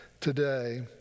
today